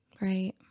Right